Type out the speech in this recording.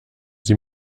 sie